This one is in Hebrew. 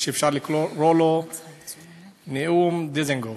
שאפשר לקרוא לו "נאום דיזנגוף",